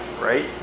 right